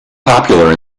popular